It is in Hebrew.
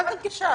מה זאת אומרת?